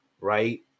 right